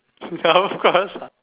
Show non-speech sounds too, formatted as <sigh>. <laughs> ya of course